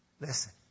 Listen